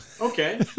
Okay